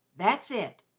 that's it.